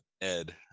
Ed